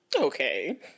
Okay